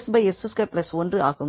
s 𝑠2 1ஆகும்